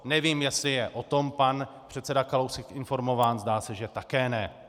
Nevím, jestli je o tom pan předseda Kalousek informován, zdá se, že také ne.